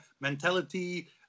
mentality